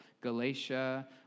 Galatia